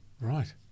Right